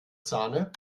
sahne